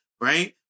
Right